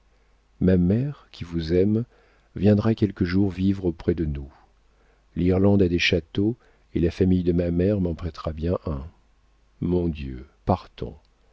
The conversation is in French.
ma mère qui vous aime viendra quelque jour vivre auprès de nous l'irlande a des châteaux et la famille de ma mère m'en prêtera bien un mon dieu partons